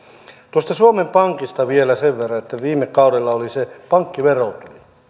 tuosta suomen pankista vielä sen verran että viime kaudella oli se pankkiverotulo minä